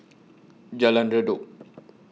Jalan Redop